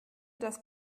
das